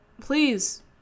please